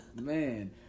man